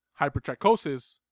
hypertrichosis